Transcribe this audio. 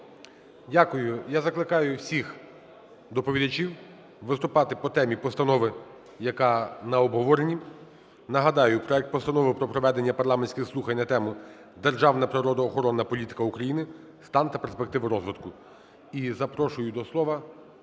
Дякую. Я закликаю всіх доповідачів виступати по темі постанови, яка на обговоренні. Нагадаю, проект Постанови про проведення парламентських слухань на тему: "Державна природоохоронна політика України: стан та перспективи розвитку".